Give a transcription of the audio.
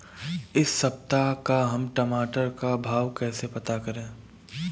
इस सप्ताह का हम टमाटर का भाव कैसे पता करें?